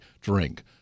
drink